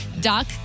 Doc